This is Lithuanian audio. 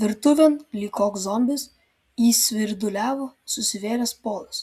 virtuvėn lyg koks zombis įsvirduliavo susivėlęs polas